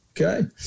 Okay